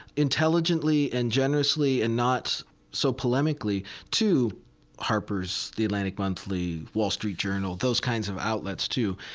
intelligently and generously and not so polemically to harper's, the atlantic monthly, wall street journal, those kinds of outlets, too.